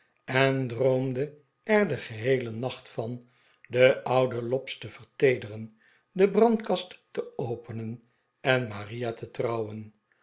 en droomd'e er den geheelen nacht van den ouden lobbs te verteederen de brandkast te openen en maria te trouwen